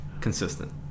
consistent